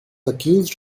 accused